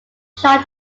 shocked